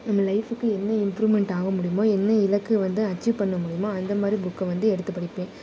நம்ம லைஃப்புக்கு என்ன இம்ப்ரூவ்மெண்ட் ஆக முடியுமோ என்ன இலக்கு வந்து அச்சீவ் பண்ண முடியுமோ அந்தமாதிரி புக்கை வந்து எடுத்து படிப்பேன்